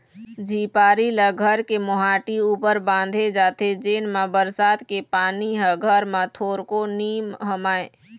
झिपारी ल घर के मोहाटी ऊपर बांधे जाथे जेन मा बरसात के पानी ह घर म थोरको नी हमाय